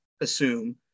assume